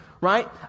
right